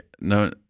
No